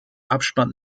abspann